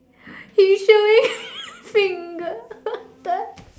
he show me finger what the hell